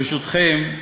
ברשותכם,